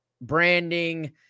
branding